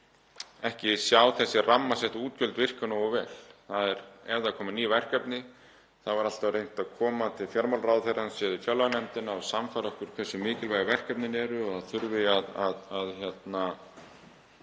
ekki sjá þessi rammasettu útgjöld virka nógu vel. Ef það koma ný verkefni þá er alltaf reynt að koma til fjármálaráðherrans eða í fjárlaganefndina og sannfæra okkur um hversu mikilvæg verkefnin eru og það þurfi